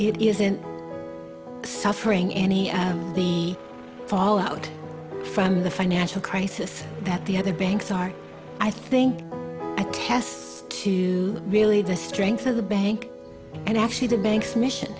it isn't suffering any of the fallout from the financial crisis that the other banks are i think attests to really the strength of the bank and actually the banks mission